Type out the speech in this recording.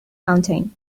fountain